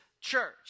church